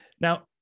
Now